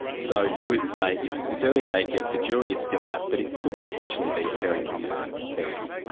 so you would say it's it's early days yet, the jury is still out, but it could potentially be a very promising therapy?